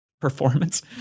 performance